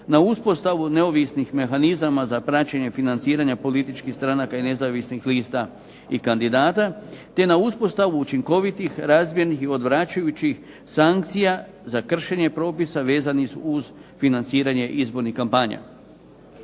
na uspostavu neovisnih mehanizama za praćenje financiranja političkih stranaka i nezavisnih lista i kandidata, te na uspostavu učinkovitih …/Ne razumije se./… i odvraćajućih sankcija za kršenje propisa vezanih uz financiranje izbornih kampanja.